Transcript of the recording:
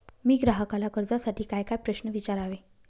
मी ग्राहकाला कर्जासाठी कायकाय प्रश्न विचारावे?